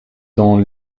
dans